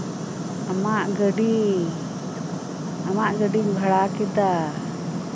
ᱟᱢᱟᱜ ᱜᱟᱹᱰᱤ ᱟᱢᱟᱜ ᱜᱟᱹᱰᱤᱧ ᱵᱷᱟᱲᱟ ᱠᱮᱫᱟ